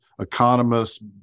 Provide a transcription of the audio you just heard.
economists